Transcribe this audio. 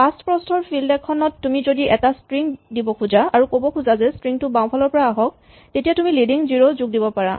৫ প্ৰস্হৰ ফিল্ড এখনত তুমি যদি এটা স্ট্ৰিং দিব খোজা আৰু ক'ব খোজা যে স্ট্ৰিং টো বাওঁফালৰ পৰা আহক তেতিয়া তুমি লিডিং জিৰ' যোগ দিব পাৰা